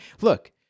look